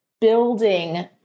building